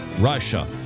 Russia